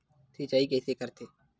सिंचाई कइसे करथे?